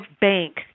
bank